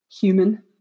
human